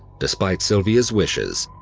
despite sylvia's wishes,